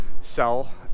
sell